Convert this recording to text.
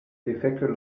defekte